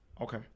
Okay